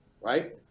right